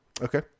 Okay